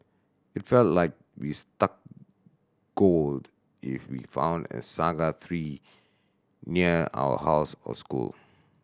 it felt like we struck gold if we found a saga tree near our house or school